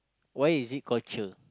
why is it called cher